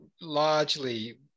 largely